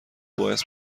باعث